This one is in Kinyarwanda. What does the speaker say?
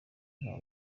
ntaba